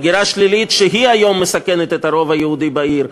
הגירה שלילית שהיום מסכנת את הרוב היהודי בעיר.